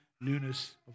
newness